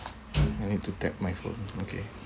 I need to tap my phone okay